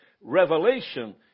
revelation